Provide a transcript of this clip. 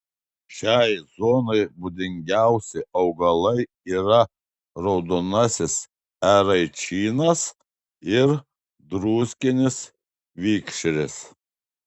šiai zonai būdingiausi augalai yra raudonasis eraičinas ir druskinis vikšris